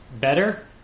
better